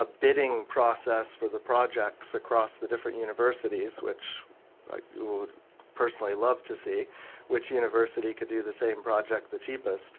ah bidding process for the projects across the different universities which like we personally love to see which university could do the same project the cheapest,